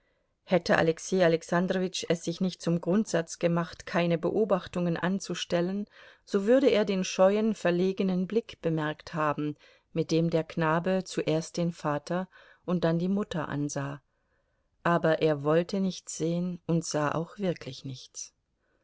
hätte alexei alexandrowitsch es sich nicht zum grundsatz gemacht gehabt keine beobachtungen anzustellen so würde er den scheuen verlegenen blick bemerkt haben mit dem der knabe zuerst den vater und dann die mutter ansah aber er wollte nichts sehen und sah auch wirklich nichts